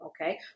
Okay